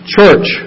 Church